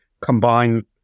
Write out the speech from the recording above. combine